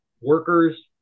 workers